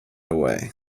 away